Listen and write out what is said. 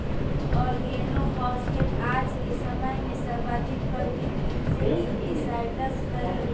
organophosphate आज के समय में सर्वाधिक प्रयुक्त इंसेक्टिसाइट्स् हई